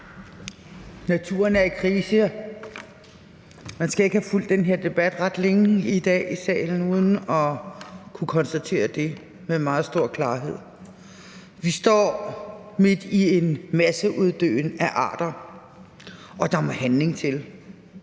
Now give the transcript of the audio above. Naturen er i krise. Man skal ikke have fulgt den her debat ret længe i dag i salen for at kunne konstatere det med meget stor klarhed: Vi står midt i en masseuddøen af arter, og der må handling til